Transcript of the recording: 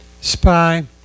spy